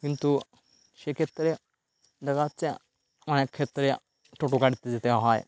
কিন্তু সেক্ষেত্রে দেখা যাচ্ছে অনেক ক্ষেত্রে টোটো গাড়িতে যেতে হয়